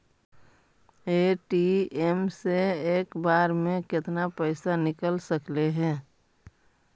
ATM से एक बार मे केतना पैसा निकल सकले हे?